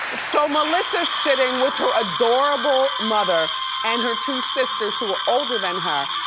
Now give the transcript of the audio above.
so melissa's sitting with her adorable mother and her two sisters, who are older than her,